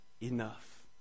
enough